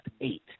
eight